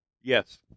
Yes